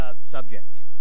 subject